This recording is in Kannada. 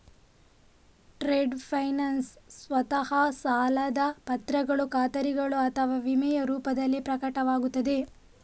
ಟ್ರೇಡ್ ಫೈನಾನ್ಸ್ ಸ್ವತಃ ಸಾಲದ ಪತ್ರಗಳು ಖಾತರಿಗಳು ಅಥವಾ ವಿಮೆಯ ರೂಪದಲ್ಲಿ ಪ್ರಕಟವಾಗುತ್ತದೆ